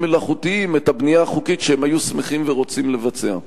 מלאכותיים את הבנייה החוקית שהם היו שמחים ורוצים לבצע?